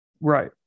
Right